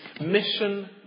mission